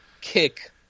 kick